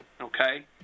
okay